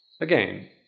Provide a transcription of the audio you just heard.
Again